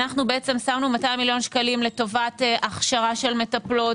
שמנו 200 מיליון שקלים לטובת הכשרת מטפלות,